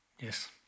yes